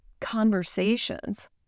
conversations